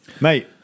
mate